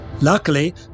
Luckily